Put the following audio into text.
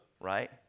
right